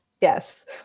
Yes